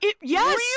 Yes